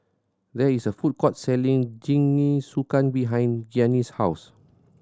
there is a food court selling Jingisukan behind Gianni's house